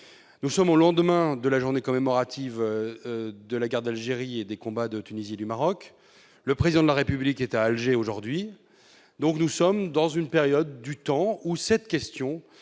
Nous sommes au lendemain de la journée commémorative de la guerre d'Algérie et des combats de Tunisie et du Maroc et le Président de la République est à Alger aujourd'hui même. Nous sommes donc à un moment où la question